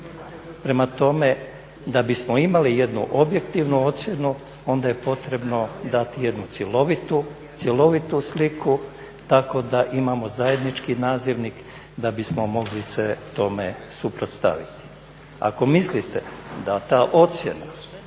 Prema tome, da bismo imali jednu objektivnu ocjenu onda je potrebno dati jednu cjelovitu sliku tako da imamo zajednički nazivnik da bismo mogli se tome suprotstaviti. Ako mislite da ta ocjena,